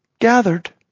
gathered